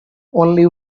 only